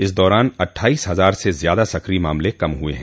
इस दौरान अटठाइस हजार से ज्यादा सक्रिय मामले कम हुये हैं